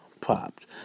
popped